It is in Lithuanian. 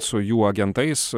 su jų agentais